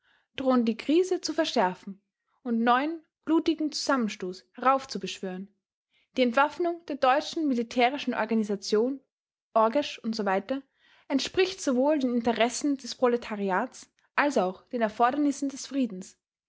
drohen die krise zu verschärfen und neuen blutigen zusammenstoß heraufzubeschwören die entwaffnung der deutschen militärischen organisationen orgesch usw entspricht sowohl den interessen des proletariats als auch den erfordernissen des friedens